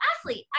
athlete